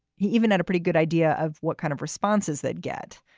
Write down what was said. he even had a pretty good idea of what kind of responses that get,